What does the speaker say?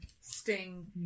sting